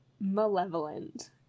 malevolent